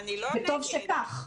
וטוב שכך.